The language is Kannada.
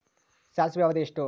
ಸಾಸಿವೆಯ ಅವಧಿ ಎಷ್ಟು?